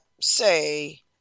say